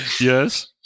Yes